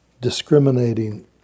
discriminating